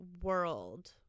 world